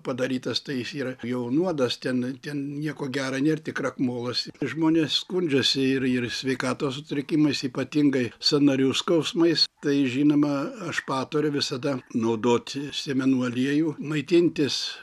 padarytas tai jis yra jau nuodas ten ten nieko gero nėr tik krakmolas žmonės skundžiasi ir ir sveikatos sutrikimais ypatingai sąnarių skausmais tai žinoma aš patariu visada naudoti sėmenų aliejų maitintis